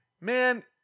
Man